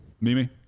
Mimi